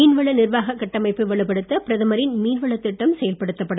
மீன்வள நிர்வாகக் கட்டமைப்பை வலுப்படுத்த பிரதமரின் மீன்வளத் திட்டம் செயல்படுத்தப் படும்